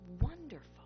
wonderful